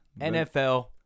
NFL